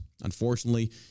Unfortunately